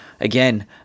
Again